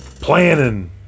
planning